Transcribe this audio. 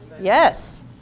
Yes